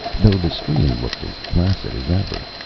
though the stream looked as placid as ever.